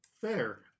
Fair